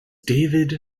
david